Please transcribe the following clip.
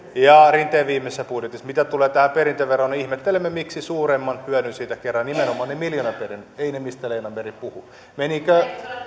rinteen viimeisessä budjetissa mitä tulee tähän perintöveroon niin ihmettelemme miksi suuremman hyödyn siitä keräävät nimenomaan ne miljoonaperinnöt eivät ne mistä leena meri puhui menevätkö